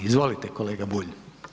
Izvolite kolega Bulj.